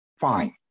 Fine